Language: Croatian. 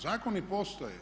Zakon i postoje.